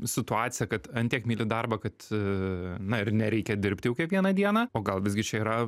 situacija kad ant tiek myli darbą kad aa na ir nereikia dirbti jau kiekvieną dieną o gal visgi čia yra